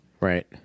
Right